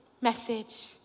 message